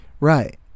Right